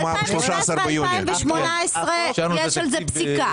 2019 ו-2018 יש על זה פסיקה.